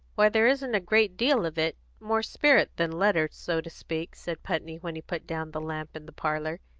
why, there isn't a great deal of it more spirit than letter, so to speak, said putney, when he put down the lamp in the parlour.